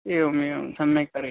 एवमेवं सम्यक् तर्हि